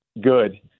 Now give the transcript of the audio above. good